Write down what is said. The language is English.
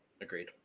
Agreed